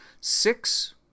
six